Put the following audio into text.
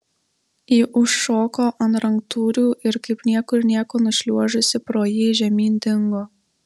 ji užšoko ant ranktūrių ir kaip niekur nieko nušliuožusi pro jį žemyn dingo